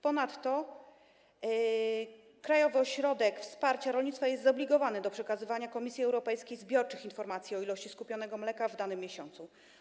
Ponadto Krajowy Ośrodek Wsparcia Rolnictwa jest zobligowany do przekazywania Komisji Europejskiej zbiorczych informacji o ilości skupionego mleka w danym miesiącu.